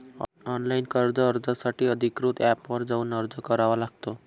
online कर्ज अर्जासाठी अधिकृत एपवर जाऊन अर्ज करावा लागतो